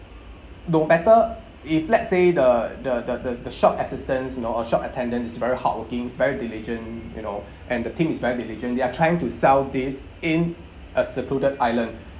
no matter if let's say the the the the the shop assistants you know or shop attendants is very hardworking very diligent you know and the team is very diligent they are trying to sell this in a secluded island